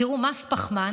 תראו, מס פחמן,